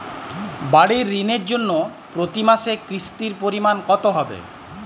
বাড়ীর ঋণের জন্য প্রতি মাসের কিস্তির পরিমাণ কত হবে?